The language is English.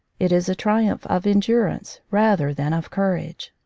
it is a triumph of endurance rather than of courage.